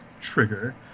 trigger